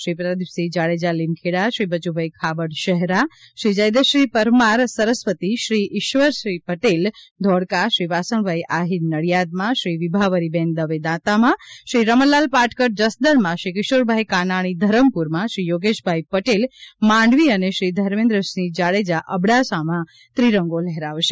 શ્રી પ્રદિપસિંહ જાડેજા લીમખેડા શ્રી બચુભાઇ ખાબડ શહેરા શ્રી જયદ્રથસિંહજી પરમાર સરસ્વતી શ્રી ઇશ્વરસિંહ પટેલ ધોળકા શ્રી વાસણભાઇ આહિર નડીયાદ શ્રી વિભાવરીબેન દવે દાંતા શ્રી રમણલાલ પાટકર જસદણમાં શ્રી કિશોરભાઇ કાનાણી ધરમપુરમાં શ્રી યોગેશભાઇ પટેલ માંડવી અને શ્રી ધર્મેન્દ્રસિંહ જાડેજા અબડાસામાં ત્રિરંગો લહેરાવશે